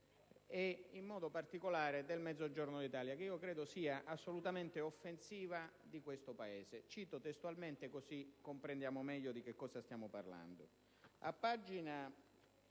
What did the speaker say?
ed in modo particolare del Mezzogiorno d'Italia, che credo sia assolutamente offensiva di questo Paese. Cito testualmente, così comprendiamo meglio di cosa stiamo parlando: